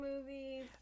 movies